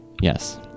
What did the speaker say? Yes